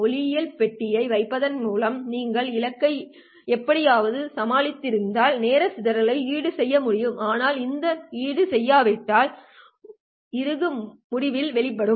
ஒளியியல் பெட்டியை வைப்பதன் மூலம் நீங்கள் இலக்கை எப்படியாவது சமாளித்திருந்தால் நேர சிதறலை ஈடுசெய்ய முடியும் ஆனால் அது ஈடு செய்யப்படாவிட்டால் இறுகு முடிவிலும் வெளிப்படும்